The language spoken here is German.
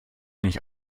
nicht